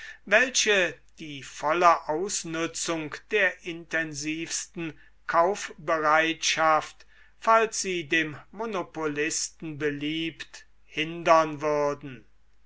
welche die volle ausnützung der intensivsten kaufbereitschaft falls sie dem monopolisten beliebt hindern würden